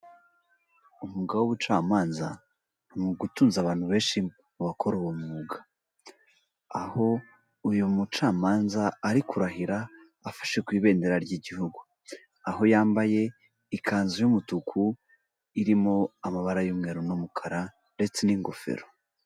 Umwuga w'ubucamanza ni umwuga utunze abantu benshi bakora uwo mwuga, aho uyu mucamanza ari kurahira afashe ku ibendera ry'igihugu, aho yambaye ikanzu y'umutuku irimo amabara y'umweru n'umukara ndetse n'ingofero.